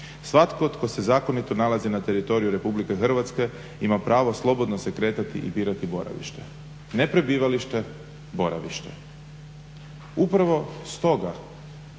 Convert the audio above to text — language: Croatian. "Svatko tko se zakonito nalazi na teritoriju Republike Hrvatske ima pravo slobodno se kretati i birati boravište.". Ne prebivalište, boravište. Upravo stoga